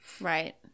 Right